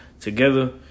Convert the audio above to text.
together